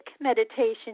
meditation